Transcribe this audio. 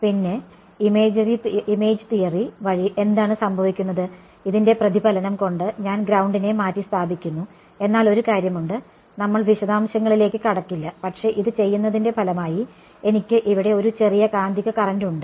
പിന്നെ image theory വഴി എന്താണ് സംഭവിക്കുന്നത് ഇതിന്റെ പ്രതിഫലനം കൊണ്ട് ഞാൻ ഗ്രൌണ്ടിനെ മാറ്റിസ്ഥാപിക്കുന്നു എന്നാൽ ഒരു കാര്യമുണ്ട് നമ്മൾ വിശദാംശങ്ങളിലേക്ക് കടക്കില്ല പക്ഷേ ഇത് ചെയ്യുന്നതിന്റെ ഫലമായി എനിക്ക് ഇവിടെ ഒരു ചെറിയ കാന്തിക കറന്റ് ഉണ്ട്